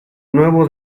nuevo